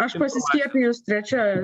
aš pasiskiepijus trečia